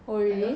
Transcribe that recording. oh really